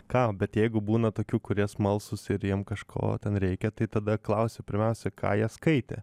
ką bet jeigu būna tokių kurie smalsūs ir jiem kažko ten reikia tai tada klausiu pirmiausia ką jie skaitė